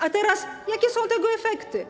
A teraz jakie są tego efekty?